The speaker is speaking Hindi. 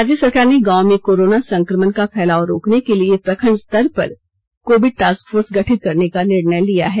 राज्य सरकार ने गांवों में कोरोना संक्रमण का फैलाव को रोकने के लिए प्रखंड स्तर पर कोविड टास्क फोर्स गठित करने का निर्णय लिया है